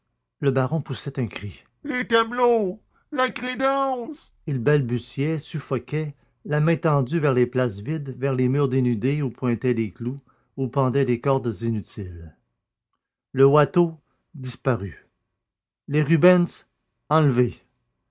le baron poussait un cri les tableaux la crédence il balbutiait suffoquait la main tendue vers les places vides vers les murs dénudés où pointaient les clous où pendaient les cordes inutiles le watteau disparu les rubens enlevés